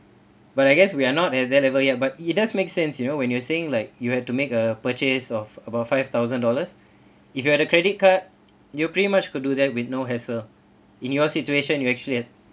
but I guess we are not at that level yet but it does make sense you know when you are saying like you have to make a purchase of about five thousand dollars if you have the credit card you pretty much could do that with no hassle in your situation you actually had